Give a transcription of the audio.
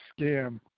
scam